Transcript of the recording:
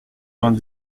vingt